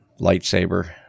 lightsaber